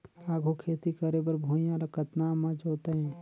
आघु खेती करे बर भुइयां ल कतना म जोतेयं?